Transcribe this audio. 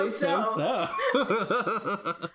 so-so